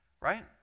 right